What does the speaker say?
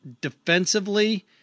defensively